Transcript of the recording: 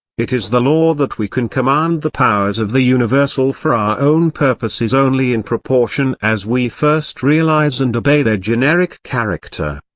it is the law that we can command the powers of the universal for our own purposes only in proportion as we first realise and obey their generic character.